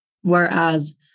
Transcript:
whereas